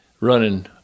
running